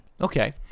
Okay